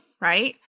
right